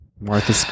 Martha